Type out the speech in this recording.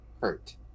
hurt